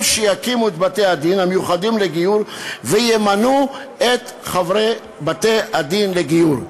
הם שיקימו את בתי-הדין המיוחדים לגיור וימנו את חברי בתי-הדין לגיור.